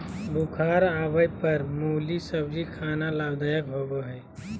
बुखार आवय पर मुली सब्जी खाना लाभदायक होबय हइ